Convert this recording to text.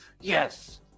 Yes